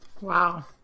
Wow